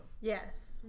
yes